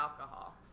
alcohol